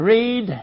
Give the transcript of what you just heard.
Read